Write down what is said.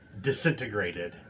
disintegrated